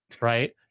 right